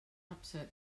upset